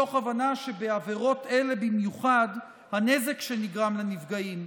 מתוך הבנה שבעבירות אלה הנזק שנגרם לנפגעים,